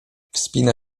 wspina